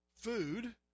Food